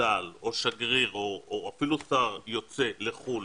מצה"ל או שגריר או אפילו שר יוצא לחו"ל